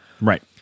right